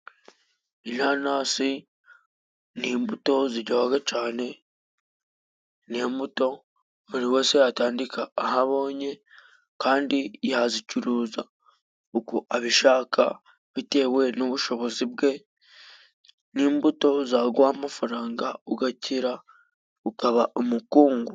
Inanasi n'imbuto ziryoga cane. Ni imbuto buri wese atandika aho abonye kandi yazicuruza uko abishaka bitewe n'ubushobozi bwe. Ni imbuto zaguha amafaranga ugakira ukaba umukungu.